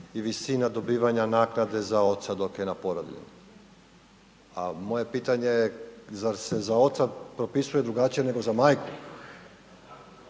i visina dobivanja naknade za oca dok je na porodiljnom. A moje pitanje je zar se za oca propisuje drugačije nego za majku